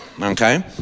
Okay